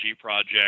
project